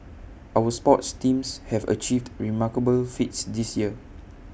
our sports teams have achieved remarkable feats this year